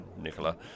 Nicola